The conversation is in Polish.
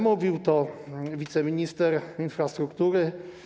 Mówił o tym wiceminister infrastruktury.